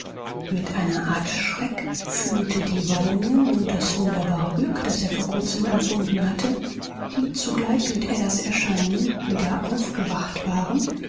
mit einer art schreck fühlte die wallungen und das wunderbare glück das er vor kurzem empfunden hatte die zugleich mit adas erscheinen wieder aufgewacht waren